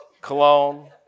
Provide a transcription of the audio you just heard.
cologne